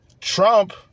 Trump